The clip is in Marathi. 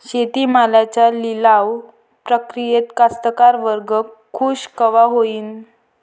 शेती मालाच्या लिलाव प्रक्रियेत कास्तकार वर्ग खूष कवा होईन?